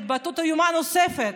בהתבטאות איומה נוספת,